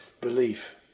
belief